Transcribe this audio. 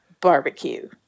barbecue